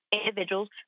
individuals